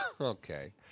Okay